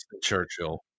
Churchill